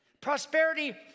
Prosperity